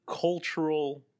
cultural